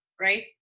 right